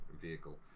vehicle